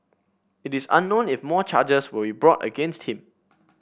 it is unknown if more charges will be brought against him